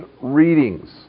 readings